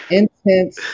intense